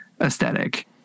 aesthetic